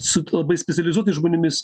su labai specializuotais žmonėmis